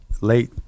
late